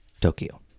Tokyo